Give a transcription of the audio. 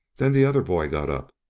then the other boy got up,